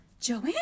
Joanne